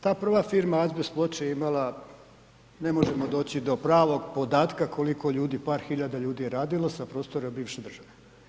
Ta prva firma „Azbest“ Ploče je imala ne možemo doći do pravog podatka koliko ljudi, par hiljada ljudi je radilo sa prostora bivše države.